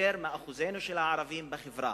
יותר מאחוז הערבים בחברה,